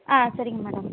ஆ சரிங்க மேடம்